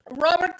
Robert